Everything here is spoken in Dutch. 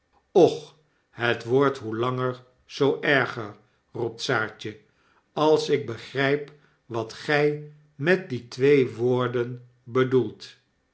och het wordt hoe lander zoo erger roept saartje als ik begryp wat gy met die twee woorden bedoelt